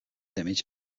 image